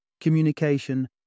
communication